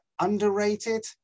Underrated